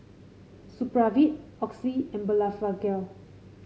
Supravit Oxy and Blephagel